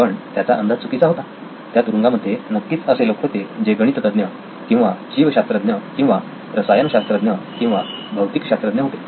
पण त्याचा अंदाज चुकीचा होता त्या तुरूंगामध्ये नक्कीच असे लोक होते जे गणित तज्ञ किंवा जीवशास्त्रज्ञ किंवा रसायनशास्त्रज्ञ किंवा भौतिक शास्त्रज्ञ होते